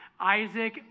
Isaac